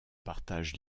partage